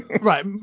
Right